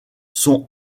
sont